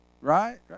right